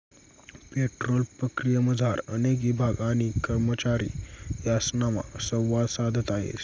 petrol प्रक्रियामझार अनेक ईभाग आणि करमचारी यासनामा संवाद साधता येस